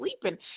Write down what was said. sleeping